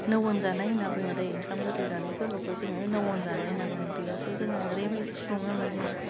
नौवन जानाय होनना बुङो दे ओंखाम गोरलै जानाय फोरबोखौ जोङो नमन जानाय होनना बुङो बेयावथ जोङो ओरैबायदि सङो मानि